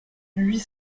huit